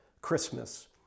Christmas